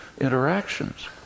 interactions